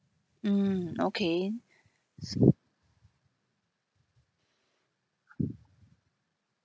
mm okay